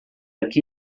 aqui